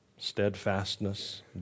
steadfastness